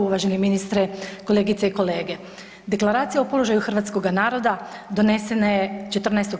Uvaženi ministre, kolegice i kolege, deklaracija o položaju hrvatskoga naroda donesena je 14.